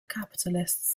capitalists